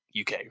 uk